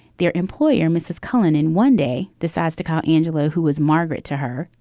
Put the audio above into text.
their employer, mrs. cullin in one day decides to call angela, who is margaret to her?